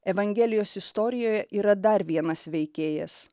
evangelijos istorijoje yra dar vienas veikėjas